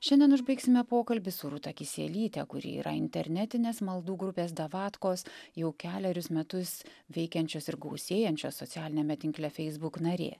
šiandien užbaigsime pokalbį su rūta kisielytė kuri yra internetinės maldų grupės davatkos jau kelerius metus veikiančios ir gausėjančios socialiniame tinkle facebook narė